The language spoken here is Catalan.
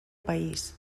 país